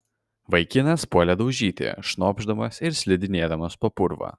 vaikinas puolė daužyti šnopšdamas ir slidinėdamas po purvą